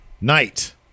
Knight